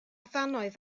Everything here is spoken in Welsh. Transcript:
ddannoedd